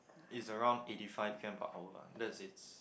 is around eighty five K_M per hour that's its